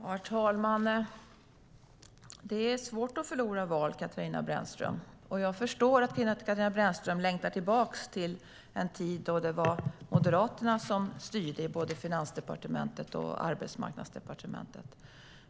Herr talman! Det är svårt att förlora val, Katarina Brännström, och jag förstår att du längtar tillbaka till den tid då det var Moderaterna som styrde i både Finansdepartementet och Arbetsmarknadsdepartementet.